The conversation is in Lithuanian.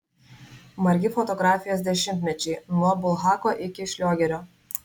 margi fotografijos dešimtmečiai nuo bulhako iki šliogerio